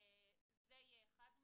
זה יהיה אחד מהם.